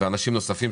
ואנשים נוספים.